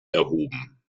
erhoben